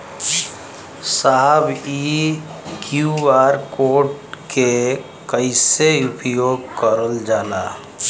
साहब इ QR code के कइसे उपयोग करल जाला?